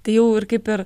tai jau ir kaip ir